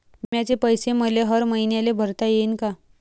बिम्याचे पैसे मले हर मईन्याले भरता येईन का?